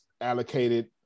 allocated